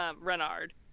Renard